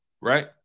right